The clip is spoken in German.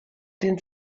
den